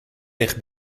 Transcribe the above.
licht